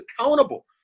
accountable